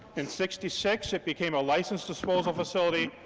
in sixty six, it became a licensed disposal facility,